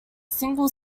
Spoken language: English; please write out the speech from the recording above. single